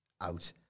out